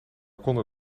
konden